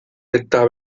eta